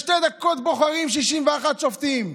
בשתי דקות בוחרים 61 שופטים.